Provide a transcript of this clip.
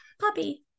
puppy